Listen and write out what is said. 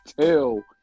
tell